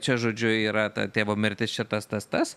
čia žodžiu yra ta tėvo mirtis čia tas tas tas